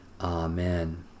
Amen